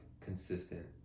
consistent